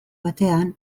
batean